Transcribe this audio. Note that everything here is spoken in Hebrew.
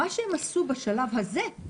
מה שהם עשו בשלב הזה,